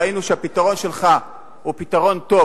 ראינו שהפתרון שלך הוא פתרון טוב,